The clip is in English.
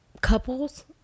couples